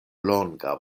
longa